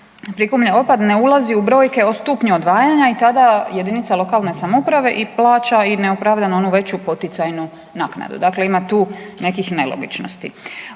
prikupljen otpad ne ulazi u brojke o stupnju odvajanja i tada jedinica lokalne samouprave i plaća i neopravdano onu veću poticajnu naknadu. Dakle, ima tu nekih nelogičnosti.